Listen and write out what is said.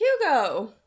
hugo